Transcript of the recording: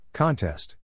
Contest